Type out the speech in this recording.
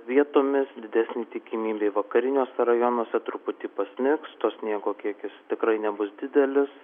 vietomis didesnė tikimybė vakariniuose rajonuose truputį pasnigs to sniego kiekis tikrai nebus didelis